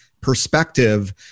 perspective